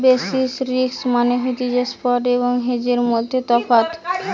basis risk মানে হতিছে spot এবং হেজের মধ্যে তফাৎ